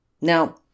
Now